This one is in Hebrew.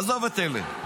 עזוב את אלה.